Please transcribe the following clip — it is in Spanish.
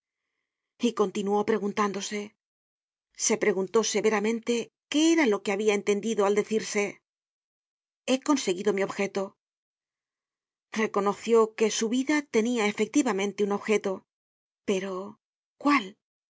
y continuó preguntándose se preguntó severamente qué era lo que habia entendido al decirse he conseguido mi objeto reconoció que su vida tenia efectivamente un objeto pero cual